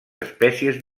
espècies